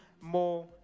more